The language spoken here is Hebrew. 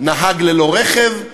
נהג ללא רכב,